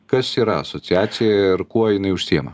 kas yra asociacija ir kuo jinai užsiima